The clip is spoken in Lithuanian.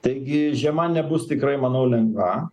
taigi žiema nebus tikrai manau lengva